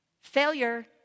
failure